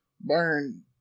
burn